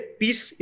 peace